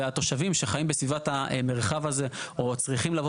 והתושבים שחיים בסביבת המרחב הזה או צריכים לבוא